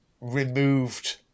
removed